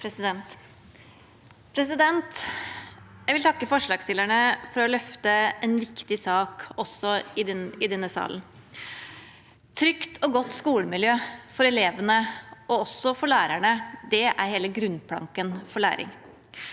Jeg vil takke forslags- stillerne for å løfte en viktig sak også i denne salen. Et trygt og godt skolemiljø for elevene og også for lærerne er hele grunnplanken for læring.